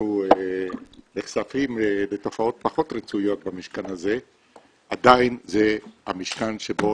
כשאנחנו נחשפים לתופעות פחות רצויות במשכן הזה עדיין זה המשכן שבו